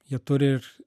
jie turi ir